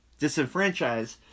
disenfranchise